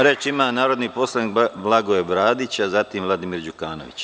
Reč ima narodni poslanik Blagoje Bradić, a zatim Vladimir Đukanović.